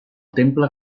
temple